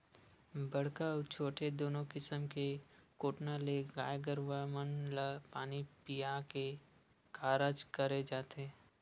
बड़का अउ छोटे दूनो किसम के कोटना ले गाय गरुवा मन ल पानी पीया के कारज करे जाथे